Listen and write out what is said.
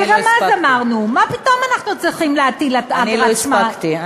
אבל גם אז אמרנו: מה פתאום אנחנו צריכים להטיל אגרת שמירה?